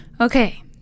Okay